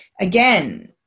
Again